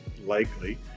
likely